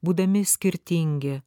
būdami skirtingi